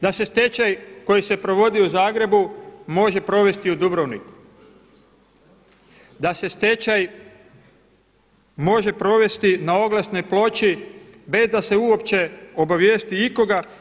Da se stečaj koji se provodi u Zagrebu može provesti u Dubrovniku, da se stečaj može provesti na oglasnoj ploči bez da se uopće obavijesti ikoga.